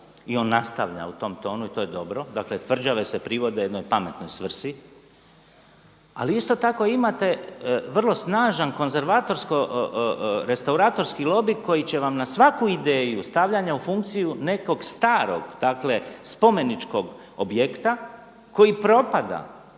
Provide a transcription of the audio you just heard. i on nastavlja u tom tonu i to je dobro. Dakle, tvrđave se privode jednoj pametnoj svrsi, ali isto tako imate vrlo snažan konzervatorsko restauratorski lobi koji će vam na svaku ideju stavljanja u funkciju nekog starog, dakle spomeničkog objekta koji propada